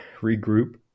regroup